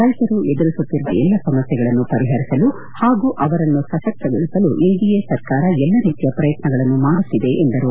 ರೈತರು ಎದುರಿಸುತ್ತಿರುವ ಎಲ್ಲಾ ಸಮಸ್ಥೆಗಳನ್ನು ಪರಿಹರಿಸಲು ಹಾಗೂ ಅವರನ್ನು ಸಶಕ್ತಗೊಳಿಸಲು ಎನ್ಡಿಎ ಸರ್ಕಾರ ಎಲ್ಲಾ ರೀತಿಯ ಪ್ರಯತ್ನಗಳನ್ನು ಮಾಡುತ್ತಿದೆ ಎಂದು ಹೇಳಿದರು